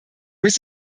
with